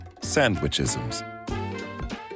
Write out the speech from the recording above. Sandwichisms